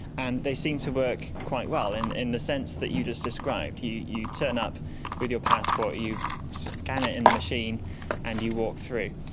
and they seem to work quite well and in the sense that you just described you you turn up with your passport, you scan it in the machine and you walk through.